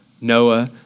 Noah